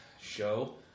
show